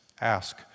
ask